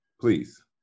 Please